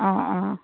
অঁ অঁ